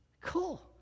Cool